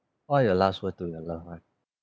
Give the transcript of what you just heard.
what your last word to your loved one